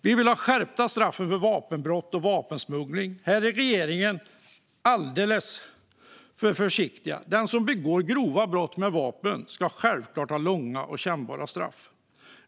Vi vill ha skärpta straff för vapenbrott och vapensmuggling. Här är regeringen alldeles för försiktig. Den som begår grova brott med vapen ska självklart ha långa och kännbara straff.